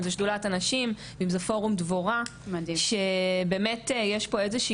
אם זה שדולת הנשים ואם זה פורום דבורה שבאמת יש פה איזושהי